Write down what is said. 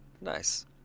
Nice